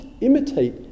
imitate